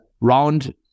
round